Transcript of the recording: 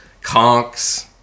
conks